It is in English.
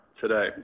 today